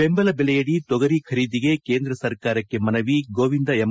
ದೆಂಬಲ ಬೆಲೆಯಡಿ ತೊಗರಿ ಖರೀದಿಗೆ ಕೇಂದ್ರ ಸರ್ಕಾರಕ್ಕೆ ಮನವಿ ಗೋವಿಂದ ಎಂ